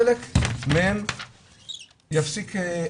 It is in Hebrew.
חלק מהן יפסיק.